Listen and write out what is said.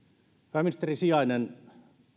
pääministerin sijainen